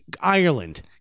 ireland